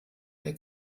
der